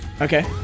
Okay